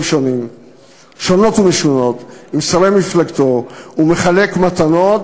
שונות ומשונות עם שרי מפלגתו ומחלק מתנות,